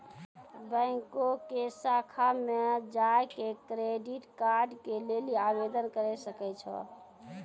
बैंको के शाखा मे जाय के क्रेडिट कार्ड के लेली आवेदन करे सकै छो